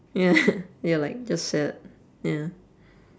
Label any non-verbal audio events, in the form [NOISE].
ya [LAUGHS] ya like just sad ya